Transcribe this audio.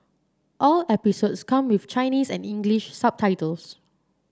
all episodes come with Chinese and English subtitles